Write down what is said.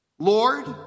Lord